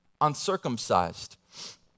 uncircumcised